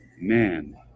man